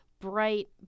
bright